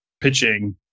pitching